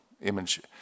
image